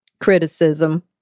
criticism